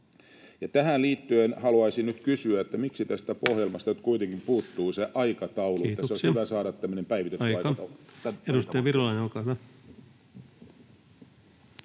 Tähän liittyen haluaisin nyt kysyä, miksi tästä ohjelmasta kuitenkin puuttuu se aikataulu. [Puhemies: Kiitoksia!] Olisi hyvä saada tämmöinen päivitetty aikataulu. Aika. — Edustaja Virolainen, olkaa hyvä.